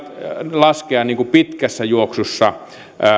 laskea pitkässä juoksussa